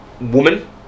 woman